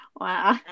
Wow